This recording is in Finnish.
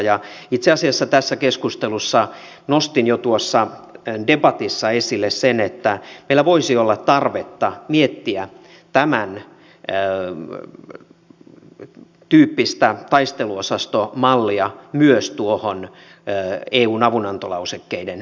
ja itse asiassa tässä keskustelussa nostin jo tuossa debatissa esille sen että meillä voisi olla tarvetta miettiä tämän tyyppistä taisteluosastomallia myös tuohon eun avunantolausekkeiden yhteyteen